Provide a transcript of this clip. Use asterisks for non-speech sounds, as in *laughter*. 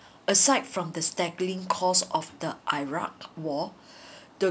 aside from the staggering cost of the iraq war *breath* the